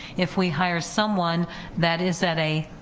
if we hire someone that is at a